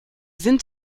sind